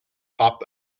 pop